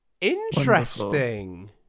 interesting